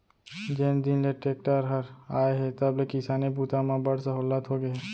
जेन दिन ले टेक्टर हर आए हे तब ले किसानी बूता म बड़ सहोल्लत होगे हे